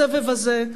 הסבב הזה,